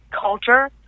culture